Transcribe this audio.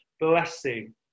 blessing